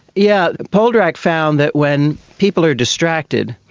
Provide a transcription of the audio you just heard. yeah poldrack found that when people are distracted,